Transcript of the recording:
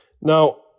Now